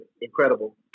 incredible